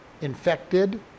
infected